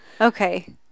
Okay